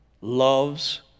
loves